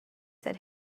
that